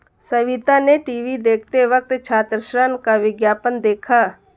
सविता ने टीवी देखते वक्त छात्र ऋण का विज्ञापन देखा